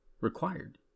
Required